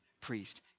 priest